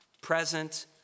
present